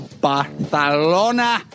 Barcelona